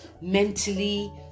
mentally